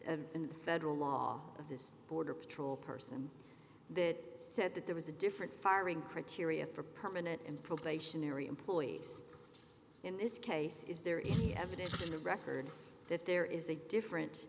the federal law of this border patrol person that said that there was a different firing criteria for permanent and probationary employees in this case is there any evidence in a record that there is a differen